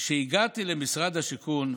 כשהגעתי למשרד השיכון,